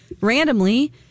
randomly